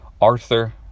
Arthur